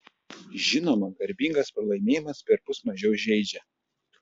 žinoma garbingas pralaimėjimas perpus mažiau žeidžia